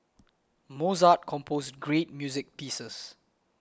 Mozart composed great music pieces